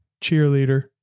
cheerleader